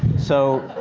so,